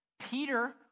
Peter